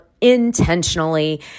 Intentionally